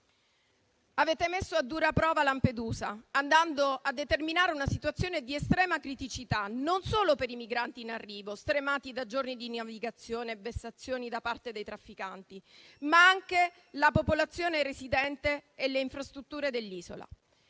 Avete messo a dura prova Lampedusa, andando a determinare una situazione di estrema criticità, e non solo per i migranti in arrivo, stremati da giorni di navigazione e vessazioni da parte dei trafficanti, ma anche per la popolazione residente e le infrastrutture dell'isola.